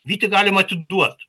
vytį galim atiduot